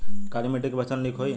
काली मिट्टी क फसल नीक होई?